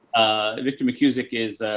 ah, victor mckusick is,